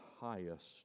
highest